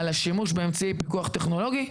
על השימוש באמצעי פיקוח טכנולוגי,